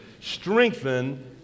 strengthen